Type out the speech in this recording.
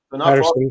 Patterson